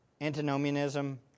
antinomianism